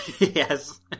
yes